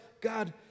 God